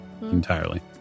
entirely